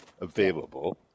available